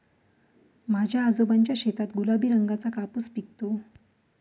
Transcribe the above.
माझ्या आजोबांच्या शेतात गुलाबी रंगाचा कापूस पिकतो